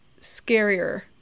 scarier